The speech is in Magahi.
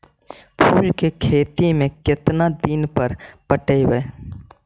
फूल के खेती में केतना दिन पर पटइबै?